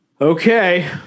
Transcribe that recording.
Okay